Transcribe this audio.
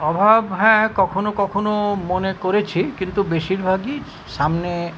অভাব হ্যাঁ কখনো কখনো মনে করেছি কিন্তু বেশিরভাগই সামনে